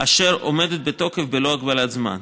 אשר עומדת בתוקף בלא הגבלת זמן.